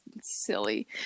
silly